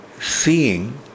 seeing